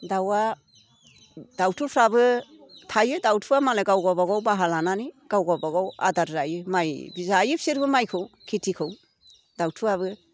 दाउआ दाउथुफ्राबो थायो दाउथुआ मालाय गाव गावबागाव बाहा लानानै गाव गावबागाव आदार जायो माइ बिदि जायो बिसोरबो माइखौ खेतिखौ दाउथुआबो